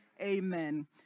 Amen